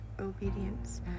obedience